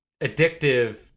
addictive